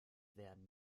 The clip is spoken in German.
werden